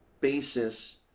basis